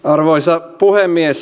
arvoisa puhemies